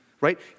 right